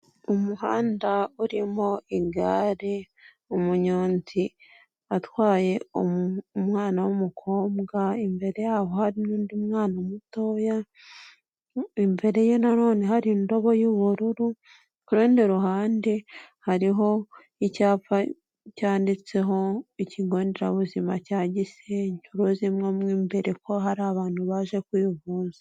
Umuhanda urimo igare, umunyonzi atwaye umwana w'umukobwa, imbere yaho hari n'undi mwana mutoya, imbere ye nanone hari indobo y'ubururu. Ku rundi ruhande hariho icyapa cyanditseho ikigo nderabuzima cya Gisenyi, uruzi mo mu imbere ko hari abantu baje kwivuza.